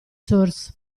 source